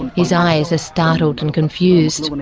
his eyes startled and confused.